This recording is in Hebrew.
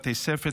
בתי ספר,